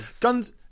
Guns